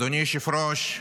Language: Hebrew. אדוני היושב-ראש,